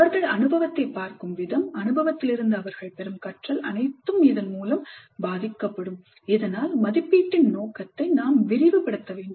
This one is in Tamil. அவர்கள் அனுபவத்தைப் பார்க்கும் விதம் அனுபவத்திலிருந்து அவர்கள் பெறும் கற்றல் அனைத்தும் இதன் மூலம் பாதிக்கப்படும் இதனால் மதிப்பீட்டின் நோக்கத்தை நாம் விரிவுபடுத்த வேண்டும்